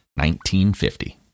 1950